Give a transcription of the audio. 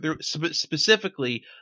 Specifically